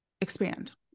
expand